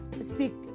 speak